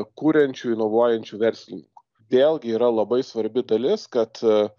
kuriančių inovuojančių verslininkų vėlgi yra labai svarbi dalis kad